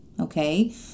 okay